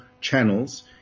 channels